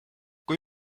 kui